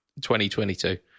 2022